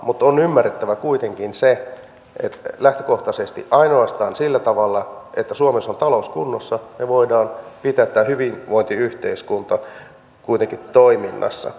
mutta on ymmärrettävä kuitenkin se että lähtökohtaisesti ainoastaan sillä tavalla että suomessa on talous kunnossa me voimme pitää tämän hyvinvointiyhteiskunnan kuitenkin toiminnassa